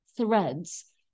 threads